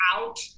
out